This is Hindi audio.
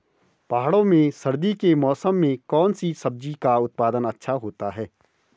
पहाड़ों में सर्दी के मौसम में कौन सी सब्जी का उत्पादन अच्छा होता है?